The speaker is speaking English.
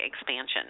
expansion